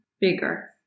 bigger